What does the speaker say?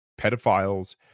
pedophiles